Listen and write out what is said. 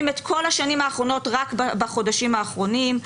את כל השנים האחרונות רק בחודשים האחרונים,